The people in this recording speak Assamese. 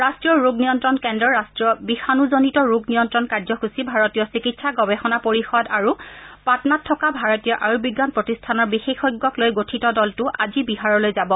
ৰাষ্ট্ৰীয় ৰোগ নিয়ন্ত্ৰণ কেন্দ্ৰ ৰাষ্ট্ৰীয় বিষানুজনিত ৰোগ নিয়ন্ত্ৰণ কাৰ্যসূচী ভাৰতীয় চিকিৎসা গৱেষণা পৰিষদ আৰু পাটনাত থকা ভাৰতীয় আয়ুবিজ্ঞান প্ৰতিষ্ঠানৰ বিশেষজ্ঞক লৈ গঠিত দলটো আজি বিহাৰলৈ যাব